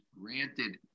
granted